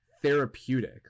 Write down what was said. Therapeutic